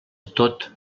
tot